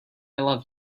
love